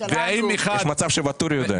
יש פה גם כסף למשרד המופלא לשוויון חברתי.